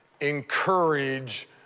encourage